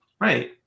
right